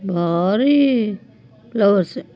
ಭಾರಿ ಫ್ಲವರ್ಸು